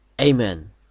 Amen